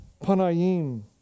Panayim